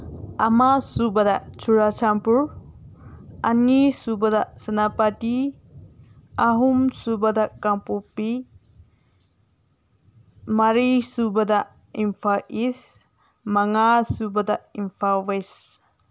ꯑꯃꯁꯨꯕꯗ ꯆꯨꯔꯆꯥꯟꯗꯄꯨꯔ ꯑꯅꯤꯁꯨꯕꯗ ꯁꯦꯅꯥꯄꯇꯤ ꯑꯍꯨꯝꯁꯨꯕꯗ ꯀꯥꯡꯞꯣꯛꯄꯤ ꯃꯔꯤꯁꯨꯕꯗ ꯏꯝꯐꯥꯜ ꯏꯁ ꯃꯉꯥꯁꯨꯕꯗ ꯏꯝꯐꯥꯜ ꯋꯦꯁ